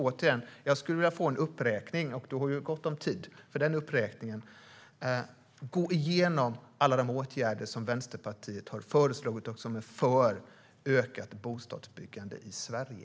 Återigen: Jag skulle vilja få en uppräkning - och Nooshi Dadgostar har ju gott om tid för en uppräkning - och genomgång av alla de åtgärder som Vänsterpartiet har föreslagit och som är för ett ökat bostadsbyggande i Sverige.